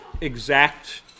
exact